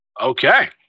Okay